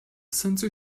sensor